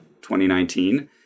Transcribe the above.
2019